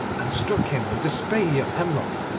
and struck him with the spray of hemlock.